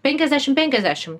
penkiasdešim penkiasdešim